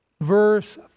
verse